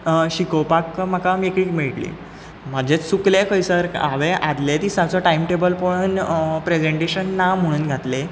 शिकोवपाक म्हाका मेकळीक मेळटली म्हजें चुकलें खंयसर तर हांवें आदले दिसाचो टायम टेबल पळयन प्रेजेंटेशन ना म्हणून घातलें